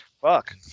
Fuck